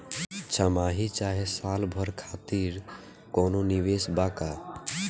छमाही चाहे साल भर खातिर कौनों निवेश बा का?